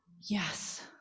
yes